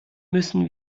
müssen